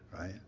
right